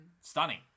Stunning